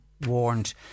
warned